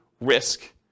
risk